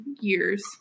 years